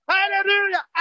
Hallelujah